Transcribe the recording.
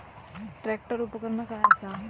Tractor उपकरण काय असा?